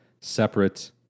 separate